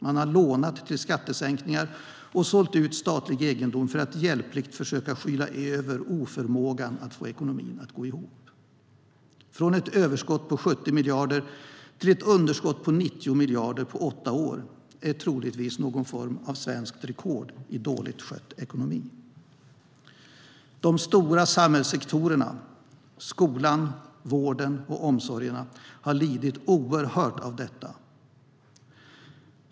Man har lånat till skattesänkningar och sålt ut statlig egendom för att hjälpligt försöka skyla över oförmågan att få ekonomin att gå ihop.De stora samhällssektorerna - skolan, vården och omsorgerna - har lidit oerhört av detta.